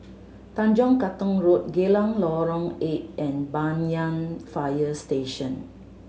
Tanjong Katong Road Geylang Lorong Eight and Banyan Fire Station